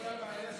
מפריע לך